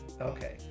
Okay